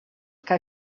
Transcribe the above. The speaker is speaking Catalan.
que